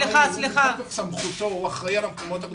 מתוקף סמכותו הוא אחראי על המקומות הקדושים.